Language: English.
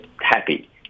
happy